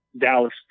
Dallas